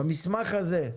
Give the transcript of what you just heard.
במסמך הזה.